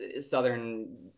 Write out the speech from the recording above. Southern